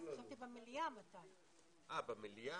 תודה.